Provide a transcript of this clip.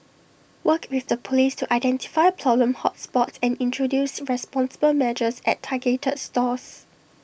work with the Police to identify problem hot spots and introduce responsible measures at targeted stores